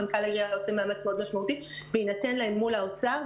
מנכ"ל העירייה עושה מאמץ מאוד משמעותי ויינתן להם מול האוצר.